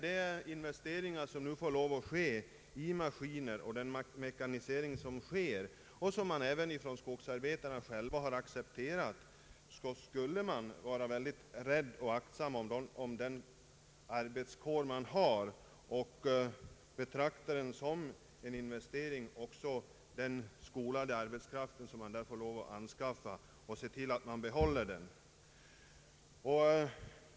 Det pågår nu en omfattande och kostnadskrävande = rationalisering inom svenskt skogsbruk i form av mekanisering, vilket också skogsarbetarna accepterat. Då borde man också vara aktsam om skogsarbetarkåren och betrakta även skogsarbetaren som en investering och se till att man behåller den.